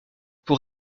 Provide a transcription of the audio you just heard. pour